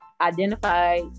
identify